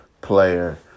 player